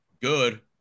good